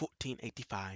1485